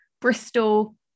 Bristol